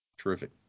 Terrific